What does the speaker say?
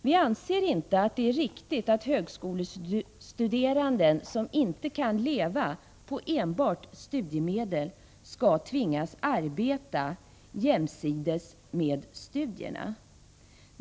Vi anser inte att det är riktigt att högskolestuderande som inte kan leva på enbart studiemedel skall tvingas arbeta jämsides med studierna.